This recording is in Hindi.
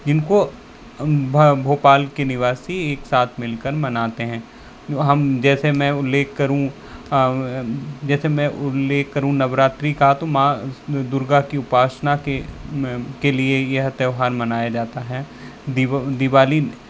इनको भोपाल के निवासी एक साथ मिलकर मनाते हैं हम जैसे मैं उल्लेख करूं जैसे मैं उल्लेख करूँ नवरात्रि का तो माँ दुर्गा की उपासना के के लिए यह त्यौहार मनाया जाता है दिवाली